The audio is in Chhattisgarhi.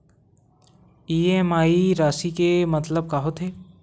इ.एम.आई राशि के मतलब का होथे?